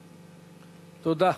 תודה.